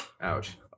Ouch